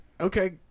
Okay